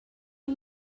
you